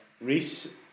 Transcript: Reese